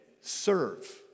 serve